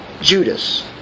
Judas